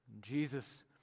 Jesus